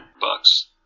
bucks